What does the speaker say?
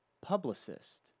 publicist